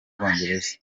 bwongereza